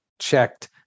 checked